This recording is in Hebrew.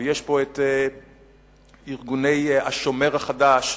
ויש פה ארגוני "השומר החדש"